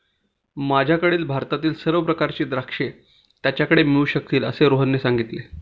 माझ्याकडील भारतातील सर्व प्रकारची द्राक्षे त्याच्याकडे मिळू शकतील असे रोहनने सांगितले